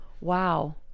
wow